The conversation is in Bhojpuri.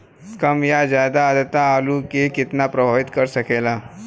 कम या ज्यादा आद्रता आलू के कितना प्रभावित कर सकेला?